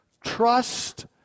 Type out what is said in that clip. Trust